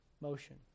motion